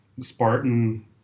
Spartan